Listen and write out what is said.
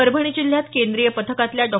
परभणी जिल्ह्यात केंद्रीय पथकातल्या डॉ